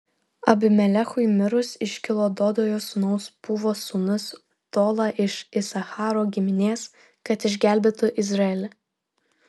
abimelechui mirus iškilo dodojo sūnaus pūvos sūnus tola iš isacharo giminės kad išgelbėtų izraelį